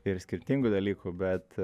ir skirtingų dalykų bet